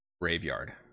graveyard